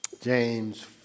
James